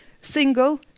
single